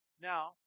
Now